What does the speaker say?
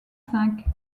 cinq